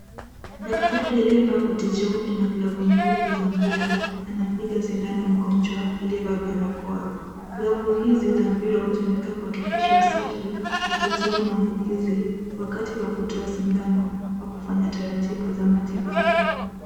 Daktari aliyevaa koti jeupe na glavu nyeupe za mpira anampiga sindano mgonjwa aliyevaa barakoa .Glavu hizi za mpira hutumika kuhakikisha usafi na kuzuhia mahabukizi wakati wa kutoa sidano au kufanya taratibu za matibabu.